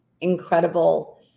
incredible